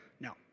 No